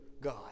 God